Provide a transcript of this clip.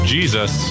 Jesus